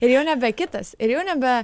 ir jau nebe kitas ir jau nebe